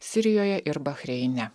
sirijoje ir bahreine